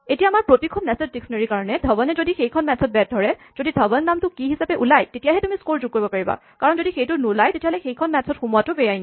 এতিয়া আমাৰ প্ৰতিখন নেষ্টেড ডিস্কনেৰীঅভিধানৰ কাৰণে ধৱনে যদি সেইখন মেট্ছত বেট ধৰে যদি ধৱন নামটো কীচাবি হিচাপে ওলাই তেতিয়াহে তুমি স্ক'ৰ যোগ কৰিব পাৰিবা কাৰণ যদি সেইটো নোলাই তেতিয়াহ'লে সেইখন মেট্ছত সোমোৱাটো বেআইনী